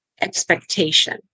expectation